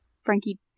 Frankie